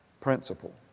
principle